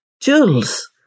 Jules